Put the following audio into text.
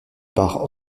par